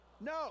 No